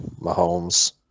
Mahomes